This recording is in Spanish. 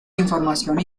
información